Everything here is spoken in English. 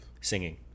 singing